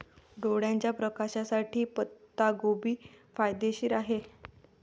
डोळ्याच्या प्रकाशासाठी पत्ताकोबी फायदेशीर आहे